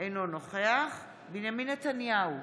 אינו נוכח בנימין נתניהו,